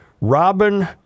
Robin